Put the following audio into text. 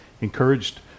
encouraged